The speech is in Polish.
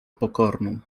pokorną